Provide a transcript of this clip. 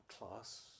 class